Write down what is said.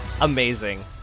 amazing